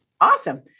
Awesome